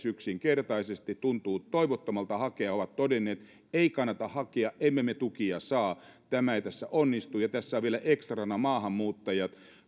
yksinkertaisesti he ovat todenneet että tuntuu toivottomalta hakea ei kannata hakea emme me tukia saa tämä ei tässä onnistu ja tässä on vielä ekstrana maahanmuuttajat